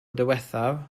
diwethaf